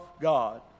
god